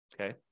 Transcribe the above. Okay